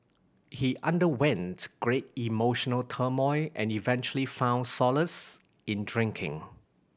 he underwent great emotional turmoil and eventually found solace in drinking